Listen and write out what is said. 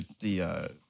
the-